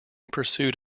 pursuit